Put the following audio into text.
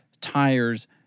tires